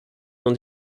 dans